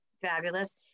fabulous